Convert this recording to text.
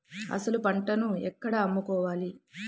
అసలు పంటను ఎక్కడ అమ్ముకోవాలి?